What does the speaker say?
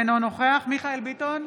אינו נוכח מיכאל מרדכי ביטון,